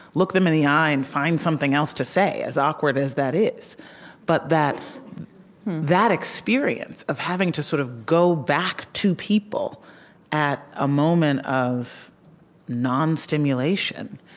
look them in the eye and find something else to say, as awkward as that is but that that experience of having to sort of go back to people at a moment of non-stimulation